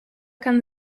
kann